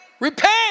Repent